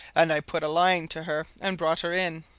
and i put a line to her and brought her in.